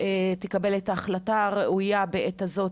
תקבל את ההחלטה הראויה בעת הזאת,